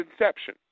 inception